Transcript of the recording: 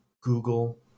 Google